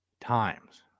times